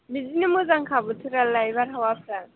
बिदिनो मोजांखा बोथोरालाय बारहावाफ्रा